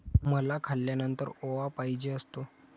मला खाल्यानंतर ओवा पाहिजे असतो